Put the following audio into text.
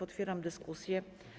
Otwieram dyskusję.